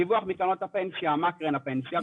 דיווח מקרנות הפנסיה מה קרן הפנסיה,